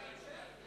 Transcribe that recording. לגבי ההמשך?